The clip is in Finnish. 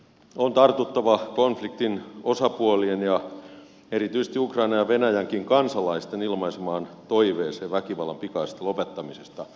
on tartuttava konfliktin osapuolien ja erityisesti ukrainan ja venäjänkin kansalaisten ilmaisemaan toiveeseen väkivallan pikaisesta lopettamisesta